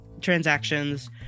transactions